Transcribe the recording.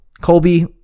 Colby